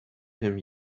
him